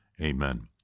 Amen